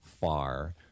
far